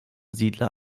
siedler